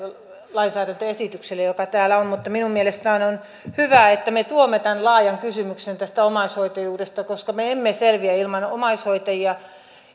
lainsäädäntöesitykselle joka täällä on mutta minun mielestäni on hyvä että me tuomme tämän laajan kysymyksen tästä omaishoitajuudesta koska me emme selviä ilman omaishoitajia